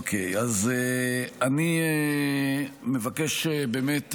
אוקיי, אז אני מבקש באמת,